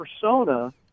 persona